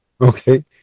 Okay